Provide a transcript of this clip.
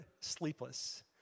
sleepless